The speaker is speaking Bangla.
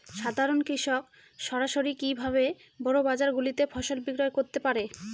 সাধারন কৃষক সরাসরি কি ভাবে বড় বাজার গুলিতে ফসল বিক্রয় করতে পারে?